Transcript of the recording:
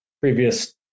previous